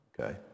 okay